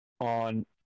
on